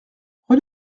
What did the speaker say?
rue